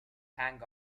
hang